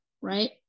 right